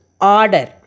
order